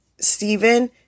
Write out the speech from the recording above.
Stephen